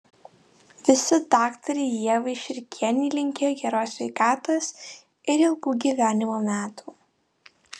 visi daktarei ievai širkienei linkėjo geros sveikatos ir ilgų gyvenimo metų